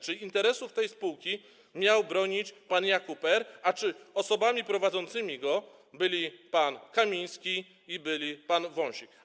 Czy interesów tej spółki miał bronić pan Jakub R., a czy osobami prowadzącymi go byli pan Kamiński i pan Wąsik?